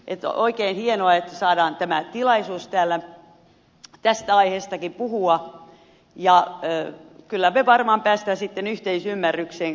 on oikein hienoa että saadaan tämä tilaisuus täällä tästäkin aiheesta puhua ja kyllä me varmaan pääsemme sitten yhteisymmärrykseen kaikesta